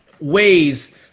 ways